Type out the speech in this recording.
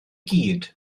gyd